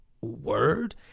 word